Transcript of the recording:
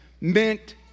meant